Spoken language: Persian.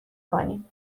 کنی